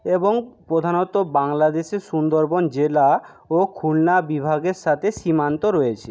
এবং প্রধানত বাংলাদেশের সুন্দরবন জেলা ও খুলনা বিভাগের সাথে সীমান্ত রয়েছে